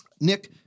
Nick